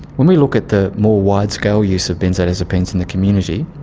when we look at the more widescale use of benzodiazepines in the community,